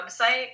website